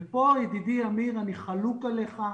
פה, ידידי אמיר, אני חלוק עליך.